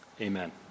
Amen